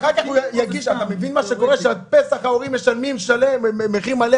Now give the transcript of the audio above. אחר כך --- אתה מבין שעד פסח ההורים משלמים מחיר מלא,